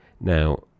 now